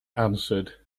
answered